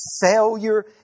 failure